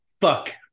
fuck